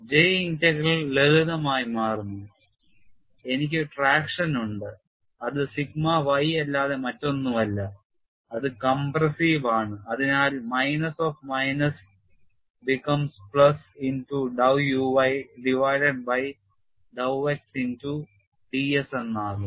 J integral ലളിതമായി മാറുന്നു എനിക്ക് ട്രാക്ഷൻ ഉണ്ട് അത് സിഗ്മ y അല്ലാതെ മറ്റൊന്നുമല്ല അത് കംപ്രസ്സീവ് ആണ് അതിനാൽ minus of minus become plus into dow uy divided by dow x into ds